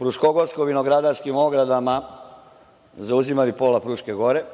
fruškogorsko-vinogradarskim ogradama zauzimali pola Fruške gore,